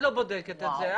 את לא בודקת את זה,